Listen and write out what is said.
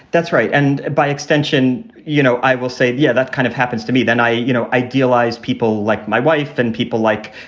that's right. and by extension, you know, i will say, yeah, that kind of happens to me. then i you know idealize people like my wife and people like,